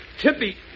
Tippy